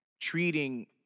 treating